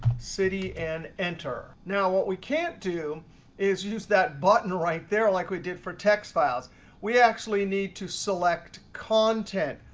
city. and enter. now what we can't do is use that button right there like we did for text. files we actually need to select content.